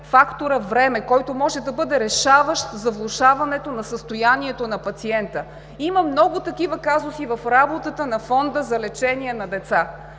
фактора време, който може да бъде решаващ за влошаването на състоянието на пациента. Има много такива казуси в работата на Фонда за лечение на деца.